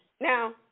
Now